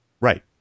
Right